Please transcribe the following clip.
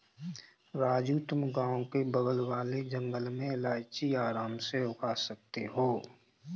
राजू तुम गांव के बगल वाले जंगल में इलायची आराम से उगा सकते हो